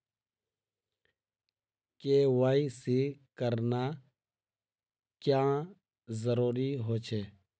KYC करना क्याँ जरुरी होचे?